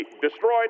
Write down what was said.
destroyed